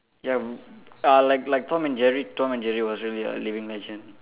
ya uh like like Tom and Jerry Tom and Jerry was really a living legend